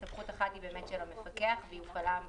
ERN נותנים לך את כל המידע על אותו --- אני רוצה להשלים,